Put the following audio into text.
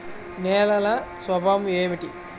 నేలల స్వభావం ఏమిటీ?